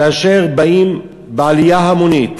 כאשר באים בעלייה המונית